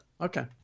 okay